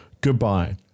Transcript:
Goodbye